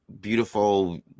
beautiful